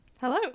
Hello